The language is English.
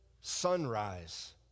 sunrise